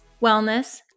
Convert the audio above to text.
wellness